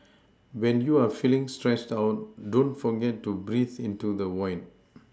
when you are feeling stressed out don't forget to breathe into the void